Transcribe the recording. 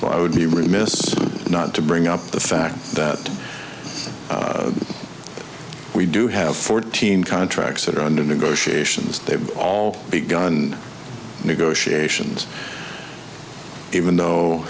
but i would be remiss not to bring up the fact that we do have fourteen contracts that are under negotiations they've all begun negotiations even though